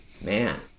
man